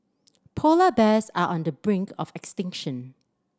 polar bears are on the brink of extinction